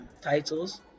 titles